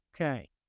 Okay